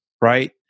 right